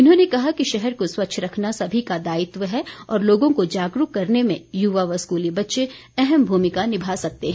उन्होंने कहा कि शहर को स्वच्छ रखना सभी का दायित्व है और लोगों को जागरूक करने में युवा व स्कूली बच्चे अहम भूमिका निभा सकते हैं